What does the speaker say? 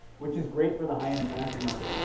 which is great for the high-end fashion market,